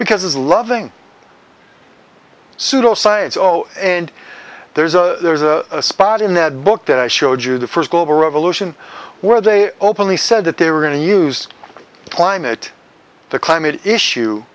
because it's loving pseudo science own and there's a there's a spot in that book that i showed you the first global revolution where they openly said that they were going to use climate the climate issue